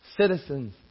Citizens